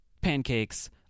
pancakes